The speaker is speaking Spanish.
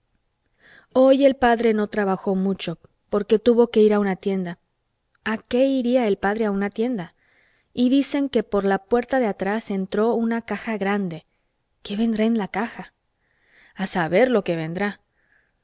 hoy el padre no trabajó mucho porque tuvo que ir a una tienda a qué iría el padre a una tienda y dicen que por la puerta de atrás entró una caja grande qué vendrá en la caja a saber lo que vendrá